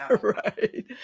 right